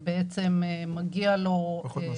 לא יכול להיות